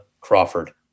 Crawford